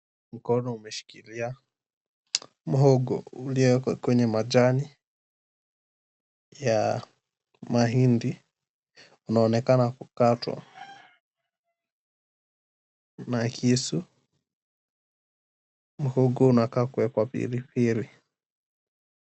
Mkono umeshikilia muhogo uliowekwa kwenye majani ya mahindi, unaonekana kukatwa na kisu. Muhogo unakaa kuwekwa pilipili.